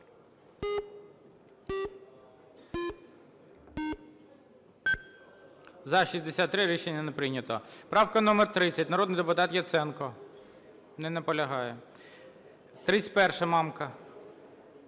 За-63 Рішення не прийнято. Правка номер 30, народний депутат Яценко. Не наполягає. 31-а, Мамка.